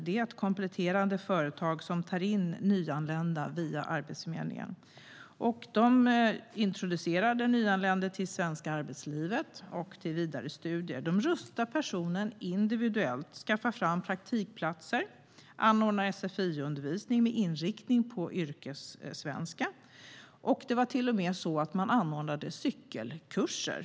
Det är ett kompletterande företag som tar in nyanlända via Arbetsförmedlingen. De introducerar den nyanlända till det svenska arbetslivet och till vidare studier. De rustar personen individuellt, skaffar fram praktikplatser och anordnar sfi-undervisning med inriktning på yrkessvenska. Man anordnar till och med cykelkurser.